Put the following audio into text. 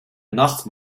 nacht